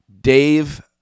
Dave